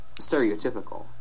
stereotypical